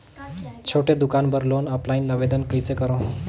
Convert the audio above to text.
छोटे दुकान बर लोन ऑफलाइन आवेदन कइसे करो?